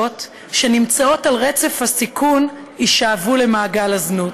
שנמצאות על רצף הסיכון יישאבו למעגל הזנות,